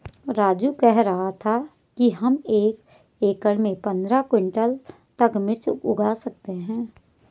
राजू कह रहा था कि हम एक एकड़ में पंद्रह क्विंटल तक मिर्च उगा सकते हैं